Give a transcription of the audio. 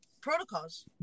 protocols